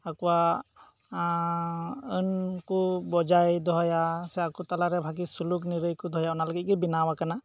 ᱟᱠᱚᱣᱟᱜ ᱟᱹᱱ ᱠᱚ ᱵᱚᱡᱟᱭ ᱫᱚᱦᱚᱭᱟ ᱥᱮ ᱟᱠᱚ ᱛᱟᱞᱟᱨᱮ ᱥᱩᱞᱩᱠ ᱱᱤᱨᱟᱹᱭ ᱠᱚ ᱫᱚᱦᱚᱭᱟ ᱚᱱᱟ ᱞᱟᱺ ᱜᱤᱫᱜᱮ ᱵᱮᱱᱟᱣ ᱟᱠᱟᱱᱟ